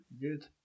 Good